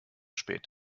spät